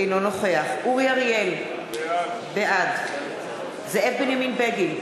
אינו נוכח אורי אריאל, בעד זאב בנימין בגין,